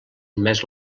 més